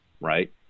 right